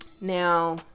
Now